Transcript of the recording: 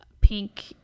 pink